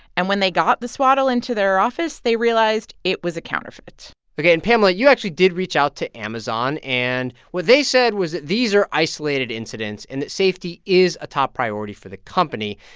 and when they got the swaddle into their office, they realized it was a counterfeit ok. and, pamela, you actually did reach out to amazon, and what they said was these are isolated incidents and that safety is a top priority for the company.